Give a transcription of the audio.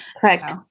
Correct